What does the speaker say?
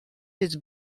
his